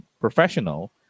professional